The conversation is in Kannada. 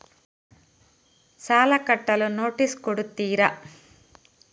ಸಾಲ ಕಟ್ಟಲು ನೋಟಿಸ್ ಕೊಡುತ್ತೀರ?